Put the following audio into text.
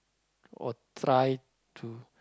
will try to